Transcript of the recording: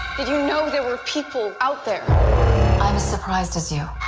know there were people out there? i'm as surprised as you!